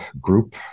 group